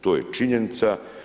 To je činjenica.